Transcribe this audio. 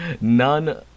None